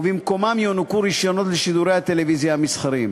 ובמקומם יוענקו רישיונות לשידורי הטלוויזיה המסחריים.